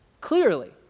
clearly